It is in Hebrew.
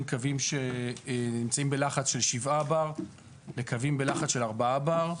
קווים שנמצאים בלחץ של 7 בר לקווים בלחץ של 4 בר.